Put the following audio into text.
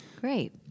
Great